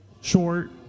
short